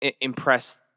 impress